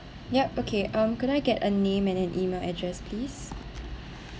yup okay um could I get a name and an email address please